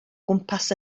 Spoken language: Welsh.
gwmpas